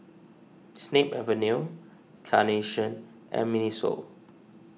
Snip Avenue Carnation and Miniso